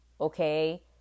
Okay